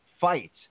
fight